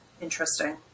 interesting